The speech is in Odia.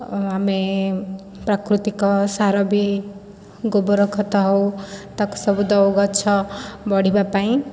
ଆମେ ପ୍ରାକୃତିକ ସାର ବି ଗୋବର ଖତ ହେଉ ତାକୁ ସବୁ ଦେଉ ଗଛ ବଢ଼ିବାପାଇଁ